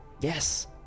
yes